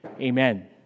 Amen